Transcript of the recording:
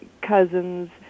cousins